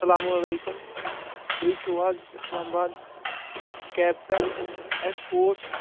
اسلامُ علیکم تُہۍ چھوٗ حظ اسلام آباد کیبہٕ پٮ۪ٹھ اَسہِ اوس